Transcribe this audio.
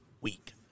week